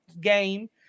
game